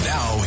Now